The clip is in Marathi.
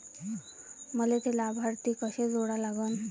मले थे लाभार्थी कसे जोडा लागन?